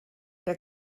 der